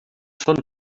són